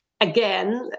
again